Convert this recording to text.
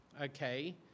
okay